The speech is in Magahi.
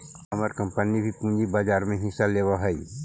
हमर कंपनी भी पूंजी बाजार में हिस्सा लेवअ हई